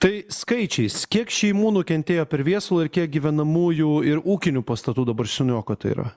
tai skaičiais kiek šeimų nukentėjo per viesulą ir kiek gyvenamųjų ir ūkinių pastatų dabar suniokota yra